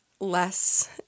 less